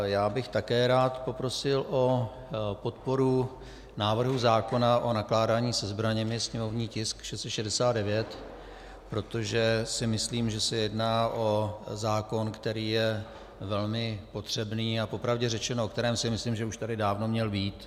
Já bych také rád poprosil o podporu návrhu zákona o nakládání se zbraněmi, sněmovní tisk 669, protože si myslím, že se jedná o zákon, který je velmi potřebný, a popravdě řečeno, o kterém si myslím, že už tady dávno měl být.